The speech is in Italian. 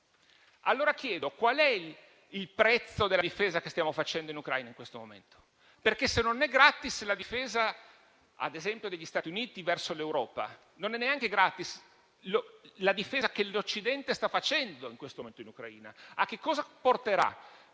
Allora chiedo qual è il prezzo della difesa che stiamo facendo in Ucraina in questo momento? Perché se non è gratis la difesa, ad esempio, degli Stati Uniti verso l'Europa, non è gratis neanche la difesa che l'Occidente sta facendo in questo momento in Ucraina. A che cosa porterà